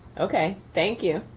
okay, thank you.